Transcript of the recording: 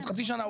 עוד חצי שנה,